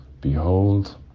Behold